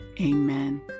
Amen